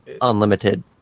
unlimited